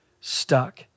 stuck